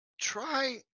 try